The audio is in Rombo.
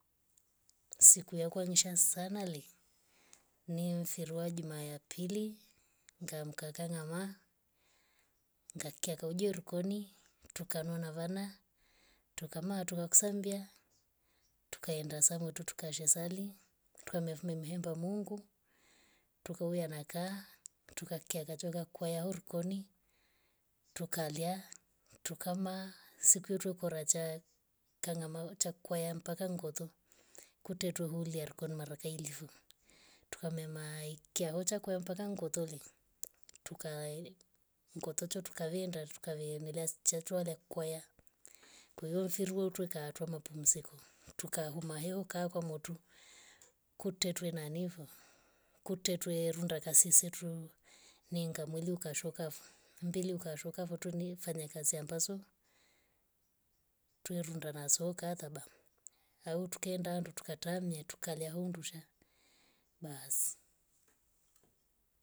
Siku yakwa ngisha sana le ni mfiru wa juma ya pili. ngaamka kangama kangikya kauji horikoni tukanwa na vana. tukama tukusambia tukaenda samo tu tukashasali tukahem hemvamba mungu tukauya nakaa tukakya chaka kwaya huri ikoni tukalya tukama siku yetu ikoracha kangama tcha kwaya mpaka ngoto. kutyrtya huria kon mara kai livu. tukamema ikauchya kwempata ngotoli. tukai ngotocho tukavenda tukavimilia stachwa nde kwaya. kw mfirwe twe tukatwa mapumziko. tukahema heuka kwa moto kutwetwe nanivo kutwetwe runda kasisetrwo ninga mwili ukashuka vo ndili ukashuka vo tuni fanya ambazo tuerurunda na soka ataba au tukaenda handu tukatamya tukalya handu sha basi